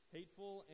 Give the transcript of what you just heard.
Hateful